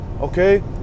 okay